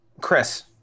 Chris